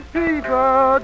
people